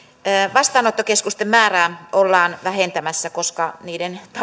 vastaanottokeskusten määrää ollaan vähentämässä koska niiden